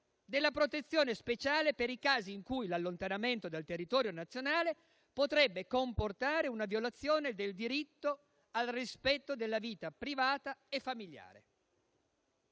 della protezione speciale per i casi in cui l'allontanamento dal territorio nazionale potrebbe comportare una violazione del diritto al rispetto della vita privata e familiare.